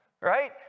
right